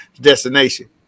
destination